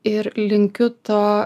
ir linkiu to